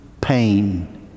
pain